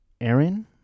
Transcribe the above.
Aaron